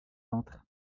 peintre